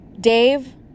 Dave